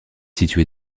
situé